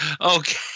Okay